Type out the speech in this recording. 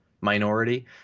minority